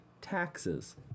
taxes